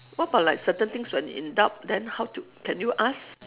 what about like certain things when in doubt then how to can you ask